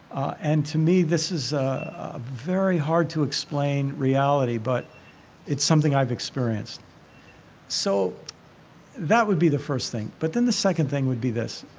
and to me, this is very hard to explain reality, but it's something i've experienced so that would be the first thing. but then the second thing would be this.